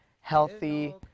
healthy